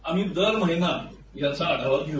आम्ही दर महिना याचा आढावा घेऊ